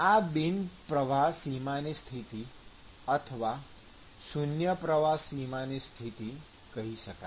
આ બિન પ્રવાહ સીમાની સ્થિતિ અથવા સૂન્ય પ્રવાહ સીમા ની સ્થિતિ કહી શકાય